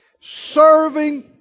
serving